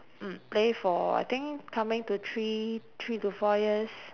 mm play for I think coming to three three to four years